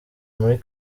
muri